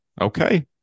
Okay